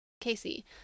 Casey